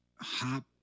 hop